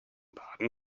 baden